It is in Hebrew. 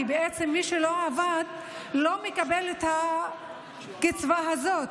כי מי שלא עבד לא מקבל את הקצבה הזאת,